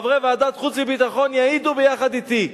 חברי ועדת חוץ וביטחון יעידו ביחד אתי,